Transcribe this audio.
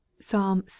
Psalm